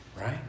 right